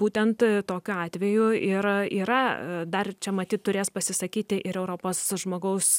būtent tokiu atveju ir yra dar čia matyt turės pasisakyti ir europos žmogaus